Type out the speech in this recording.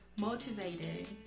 motivated